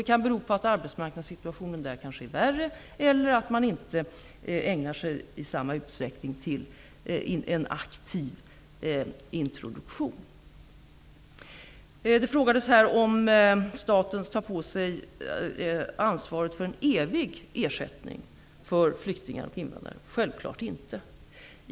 Det kan bero på att arbetsmarknadssituationen där är värre eller att man inte i samma utsträckning ägnar sig åt en aktiv introduktion. Det frågades här om staten tar på sig ansvaret för en evig ersättning för flyktingar och invandrare. Självfallet inte.